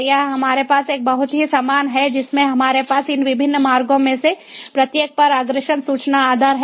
यहां हमारे पास एक बहुत ही समान है जिसमें हमारे पास इन विभिन्न मार्गों में से प्रत्येक पर अग्रेषण सूचना आधार है